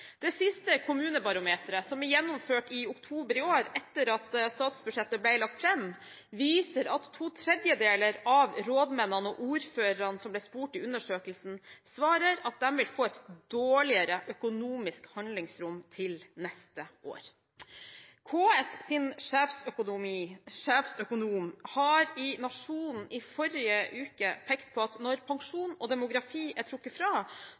Det siste kommunebarometeret, som ble gjennomført i oktober i år, etter at statsbudsjettet ble lagt fram, viser at to tredjedeler av rådmennene og ordførerne som ble spurt i undersøkelsen, svarer at de vil få et dårligere økonomisk handlingsrom til neste år. KS’ sjefsøkonom pekte i Nationen i forrige uke på at når pensjon og demografi er trukket fra,